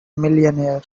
millionaire